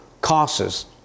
causes